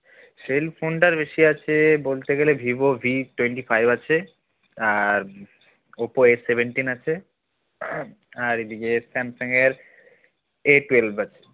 sell ফোনটার বেশি আছে বলতে গেলে ভিভো ভি টোয়েন্টি ফাইভ আছে আর ওপো এস সেভেনটিন আছে আর এদিকে স্যামসাংয়ের এ টুয়েলভ আছে